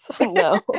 No